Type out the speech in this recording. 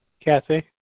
Kathy